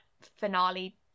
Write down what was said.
finale